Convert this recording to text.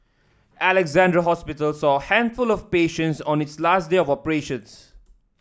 Alexandra Hospital saw a handful of patients on its last day of operations